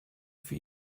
für